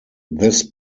this